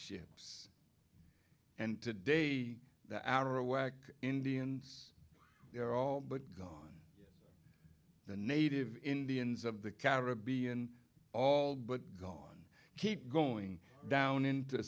ships and today that our a whack indians are all but gone the native indians of the caribbean all but gone keep going down into